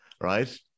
Right